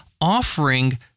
offering